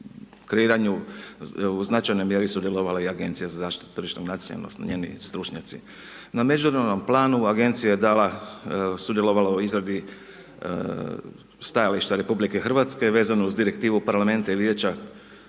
kreiranju u značajnoj mjeri sudjelovala i Agencija za zaštitu od tržišnog natjecanja odnosno njeni stručnjaci. Na međunarodnom planu agencija je dala, sudjelovala u izradi stajališta RH vezano uz direktivu parlamenta i vijeća,